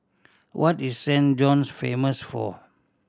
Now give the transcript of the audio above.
what is Saint John's famous for